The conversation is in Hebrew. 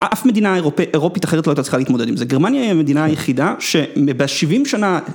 אף מדינה אירופית אחרת לא הייתה צריכה להתמודד עם זה, גרמניה היא המדינה היחידה שבשבעים שנה...